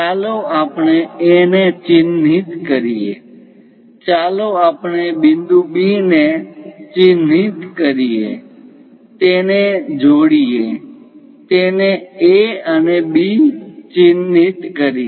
ચાલો આપણે A ને ચિહ્નિત કરીએ ચાલો આપણે બિંદુ B ને ચિહ્નિત કરીએ તેને જોડી એ તેને A અને B ચિહ્નિત કરીએ